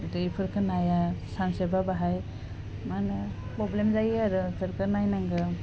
दैफोरखो नाया सानस्रिबा बाहाय मा होनो प्रब्लेब जायो आरो एफोरखौ नायनांगौ